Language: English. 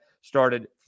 started